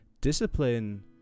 Discipline